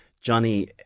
Johnny